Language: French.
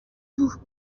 bout